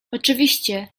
oczywiście